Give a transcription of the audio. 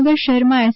ભાવનગર શહેરમાં એસ